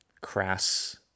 crass